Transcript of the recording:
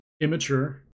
immature